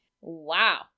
wow